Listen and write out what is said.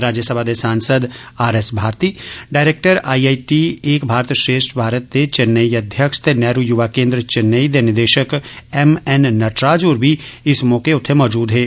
राज्यसभा दे सांसद R S Bharati director I I T एक भारत श्रेष्ठ भारत दे चन्नेई अध्यक्ष ते नेहरु युवा केन्द्र चैन्नई दे निदेशक एम एन नटराज होर बी इस मौके उत्थे मौजूद हे